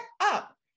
up